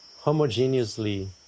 homogeneously